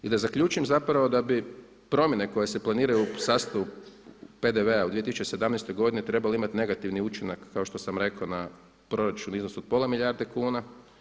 I da zaključim zapravo da bi promjene koje se planiraju u sastavu PDV-a u 2017. godini trebale imati negativni učinak kao što sam rekao na proračun u iznosu od pola milijarde kuna.